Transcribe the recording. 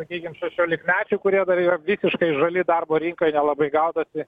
sakykim šešiolikmečių kurie dar yra visiškai žali darbo rinkoj nelabai gaudosi